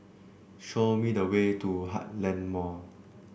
show me the way to Heartland Mall